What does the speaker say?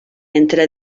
entre